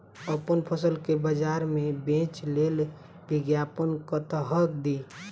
अप्पन फसल केँ बजार मे बेच लेल विज्ञापन कतह दी?